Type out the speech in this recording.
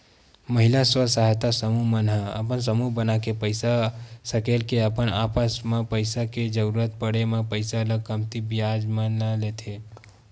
महिला स्व सहायता समूह मन ह अपन समूह बनाके पइसा सकेल के अपन आपस म पइसा के जरुरत पड़े म पइसा ल कमती बियाज म लेथे